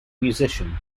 musician